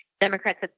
Democrats